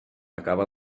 acaba